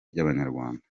ry’abanyarwanda